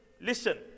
listen